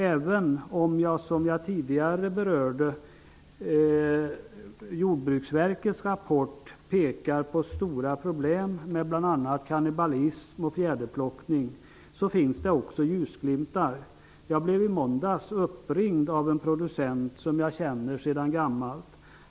Även om Jordbruksverkets rapport, som jag tidigare berörde, pekade på stora problem med bl.a. kannibalism och fjäderplockning, så finns det också ljusglimtar. Jag blev i måndags uppringd av en producent som jag känner sedan gammalt.